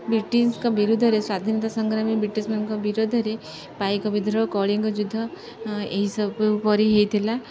ବ୍ରିଟିଶ୍ଙ୍କ ବିରୁଦ୍ଧରେ ସ୍ବାଧୀନତା ସଂଗ୍ରାମୀ ବ୍ରିଟିଶ୍ମାନଙ୍କ ବିରୋଦ୍ଧରେ ପାଇକ ବିଦ୍ରୋହ କଳିଙ୍କ ଯୁଦ୍ଧ ଏହିସବୁ ପରି ହୋଇଥିଲା